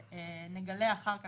שנגלה אחר כך,